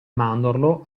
mandorlo